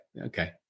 okay